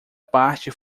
parte